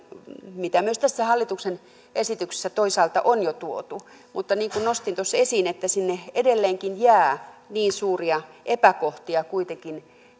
mitä myös tässä hallituksen esityksessä toisaalta on jo tuotu mutta niin kuin nostin tuossa esiin sinne edelleenkin jää suuria epäkohtia kuitenkin